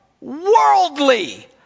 worldly